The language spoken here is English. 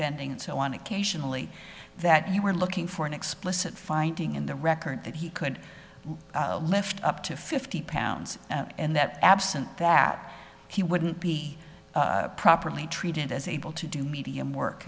bending and so on occasionally that you were looking for an explicit finding in the record that he could lift up to fifty pounds and that absent that he wouldn't be properly treated as able to do medium work